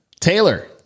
Taylor